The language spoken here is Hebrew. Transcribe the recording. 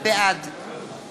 בעד